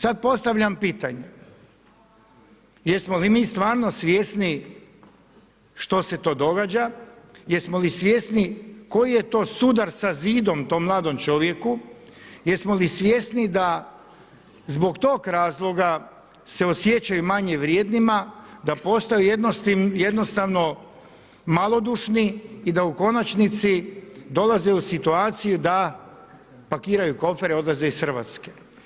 Sad postavljam pitanje, jesmo li mi stvarno svjesni što se to događa, jesmo li svjesni koji je to sudar sa zidom tom mladom čovjeku, jesmo li svjesni da zbog tog razloga se osjećaju manje vrijednima da postaju jednostavno malodušni i da u konačnici dolaze u situaciju da pakiraju kofere i odlaze iz Hrvatske?